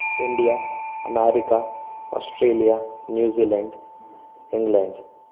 India America Australia New Zealand England